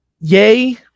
Yay